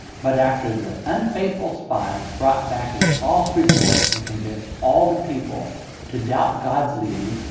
but after the unfaithful spies brought back a false report and convinced all the people to doubt god's leading,